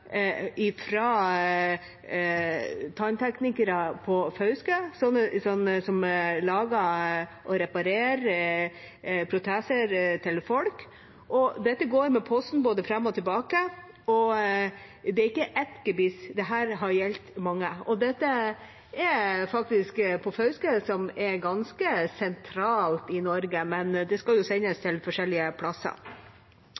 tannteknikere på Fauske som lager og reparerer proteser til folk, og dette går med Posten både fram og tilbake. Det er ikke ett gebiss, det har gjeldt mange. Og dette er faktisk på Fauske, som er ganske sentralt i Norge, men det skal jo sendes